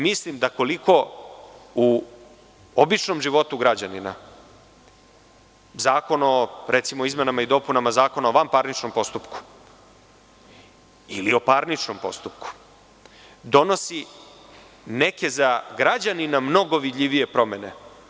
Mislim da koliko u običnom životu građanina zakon, o recimo, izmenama i dopunama Zakona o vanparničnom postupku, ili o parničnom postupku, donosi neke za građanina mnogo vidljivije promene.